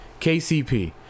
KCP